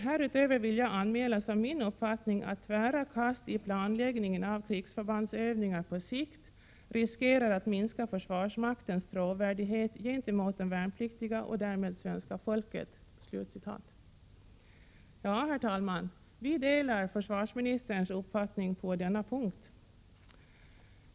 Härutöver vill jag anmäla som min uppfattning att tvära kast i planläggningen av krigsförbandsövningar på sikt Prot. 1987/88:131 riskerar att minska försvarsmaktens trovärdighet gentemot de värnpliktiga Ja, herr talman, vi delar försvarsministerns uppfattning på denna punkt.